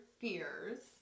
fears